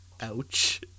ouch